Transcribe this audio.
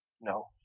no